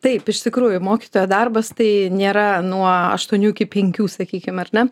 taip iš tikrųjų mokytojo darbas tai nėra nuo aštuonių iki penkių sakykim ar ne